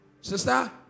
Sister